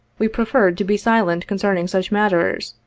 we preferred to be silent concerning such matters,